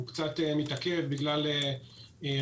הוא קצת מתעכב בגלל רשויות.